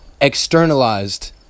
externalized